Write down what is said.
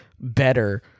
better